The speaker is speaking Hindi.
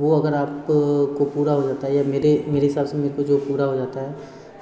वो अगर आपको को पूरा हो जाता है या मेरे मेरे हिसाब से मेरे को जो पूरा हो जाता है